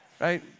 Right